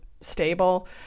stable